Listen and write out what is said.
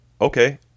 Okay